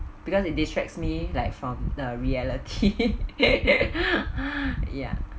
because it distracts me like from the reality ya